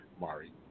Mari